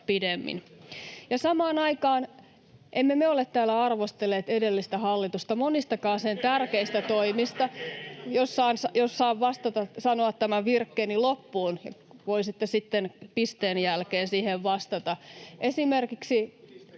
samaan aikaan emme me ole täällä arvostelleet edellistä hallitusta monistakaan sen tärkeistä toimista. [Eduskunnasta: Ehei! — Naurua] — Jos saan vastata, sanoa tämän virkkeeni loppuun, voisitte sitten pisteen jälkeen siihen vastata. — Esimerkiksi